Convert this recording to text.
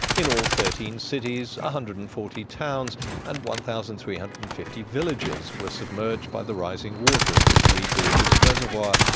in all, thirteen cities, one ah hundred and forty towns and one thousand three hundred and fifty villages were submerged by the rising water of the three gorges reservoir,